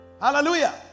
Hallelujah